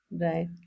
right